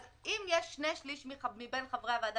אם יש שני שליש מבין חברי הוועדה,